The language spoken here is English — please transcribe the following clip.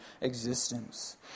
existence